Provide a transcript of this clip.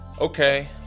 okay